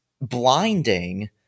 blinding